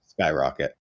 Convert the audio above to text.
Skyrocket